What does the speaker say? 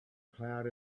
cloud